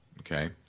Okay